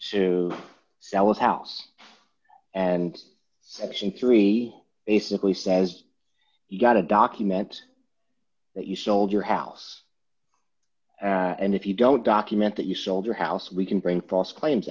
to sell a house and section three basically says you've got a document that you sold your house and if you don't document that you sold your house we can bring false claims